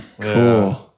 Cool